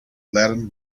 laden